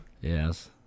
Yes